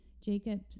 Jacob